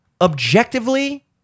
objectively